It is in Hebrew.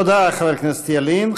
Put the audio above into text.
תודה, חבר הכנסת ילין.